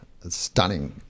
stunning